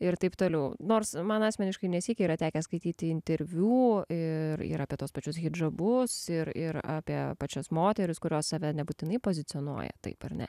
ir taip toliau nors man asmeniškai nesyk yra tekę skaityti interviu ir ir apie tuos pačius hidžabus ir ir apie pačios moterys kurios save nebūtinai pozicionuoja taip ar ne